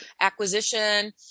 acquisition